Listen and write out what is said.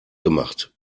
gemacht